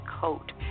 coat